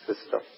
system